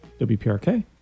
wprk